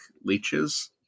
leeches